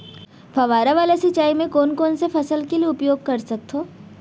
फवारा वाला सिंचाई मैं कोन कोन से फसल के लिए उपयोग कर सकथो?